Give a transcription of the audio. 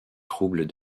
troubles